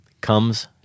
comes